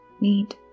need